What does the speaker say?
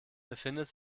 befindet